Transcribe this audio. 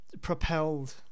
propelled